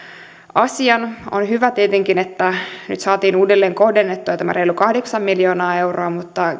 asian on hyvä tietenkin että nyt saatiin uudelleen kohdennettua tämä reilu kahdeksan miljoonaa euroa